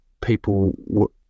people